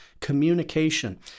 communication